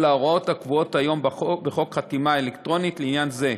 ההוראות הקבועות היום בחוק חתימה אלקטרונית לעניין זה.